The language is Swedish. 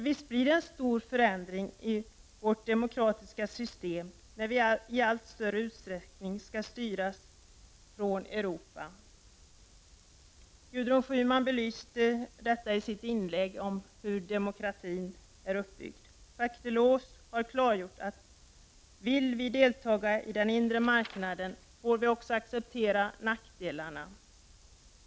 Visst blir det en stor förändring i vårt demokratiska system när vi i allt större utsträckning skall styras från Europa! Gudrun Schyman belyste detta i sitt inlägg om hur demokratin är uppbyggd. Jacques Delors har klargjort att vill vi delta i den inre marknaden får vi också acceptera nackdelarna.